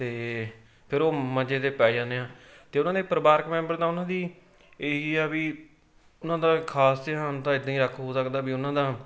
ਅਤੇ ਫਿਰ ਉਹ ਮੰਜੇ 'ਤੇ ਪੈ ਜਾਂਦੇ ਆ ਅਤੇ ਉਹਨਾਂ ਦੇ ਪਰਿਵਾਰਕ ਮੈਂਬਰ ਤਾਂ ਉਹਨਾਂ ਦੀ ਇਹੀ ਆ ਵੀ ਉਹਨਾਂ ਦਾ ਖ਼ਾਸ ਧਿਆਨ ਤਾਂ ਇੱਦਾਂ ਹੀ ਰੱਖ ਹੋ ਸਕਦਾ ਵੀ ਉਹਨਾਂ ਦਾ